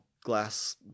glass